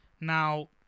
Now